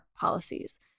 policies